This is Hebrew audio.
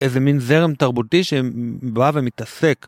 איזה מין זרם תרבותי שבא ומתעסק.